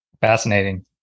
Fascinating